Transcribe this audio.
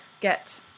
get